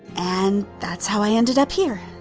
and. that's how i ended up here.